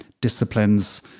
disciplines